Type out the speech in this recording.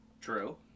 true